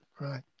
right